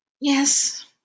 Yes